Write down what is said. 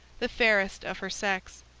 the fairest of her sex.